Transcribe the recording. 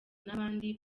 n’abandi